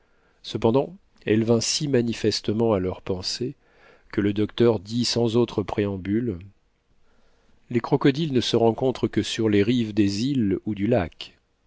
cependant elle vint si manifestement à leur pensée que le docteur dit sans autre préambule les crocodiles ne se rencontrent que sur les rives des îles ou du lac